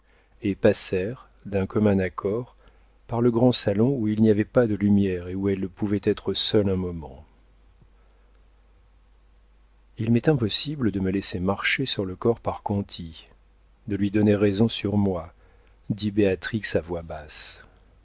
et passèrent d'un commun accord par le grand salon où il n'y avait pas de lumière et où elles pouvaient être seules un moment il m'est impossible de me laisser marcher sur le corps par conti de lui donner raison sur moi dit béatrix à voix basse